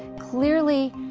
clearly